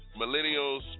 Millennials